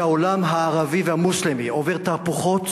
שהעולם הערבי והמוסלמי מסביבנו עובר תהפוכות